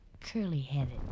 Curly-headed